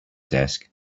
desk